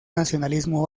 nacionalismo